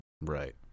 Right